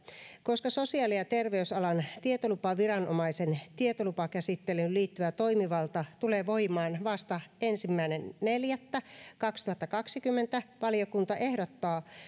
koska sosiaali ja terveysalan tietolupaviranomaisen tietolupakäsittelyyn liittyvä toimivalta tulee voimaan vasta ensimmäinen neljättä kaksituhattakaksikymmentä valiokunta ehdottaa